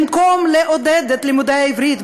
במקום לעודד את לימודי העברית,